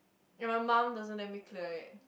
and my mom doesn't let me clear it